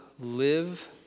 live